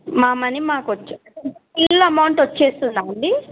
మా మనీ మాకొచ్చి full amount వచ్చేస్తుందా అండి